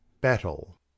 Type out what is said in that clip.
Battle